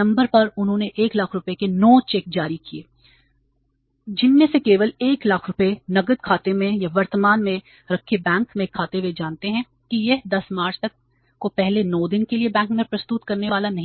number पर उन्होंने 100000 रुपये के 9 चेक जारी किए जिनमें से केवल 100000 रुपये नकद खाते में या वर्तमान में रखे बैंक में खाते वे जानते हैं कि यह 10 मार्च को पहले 9 दिनों के लिए बैंक में प्रस्तुत करने वाला नहीं है